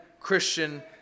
Christian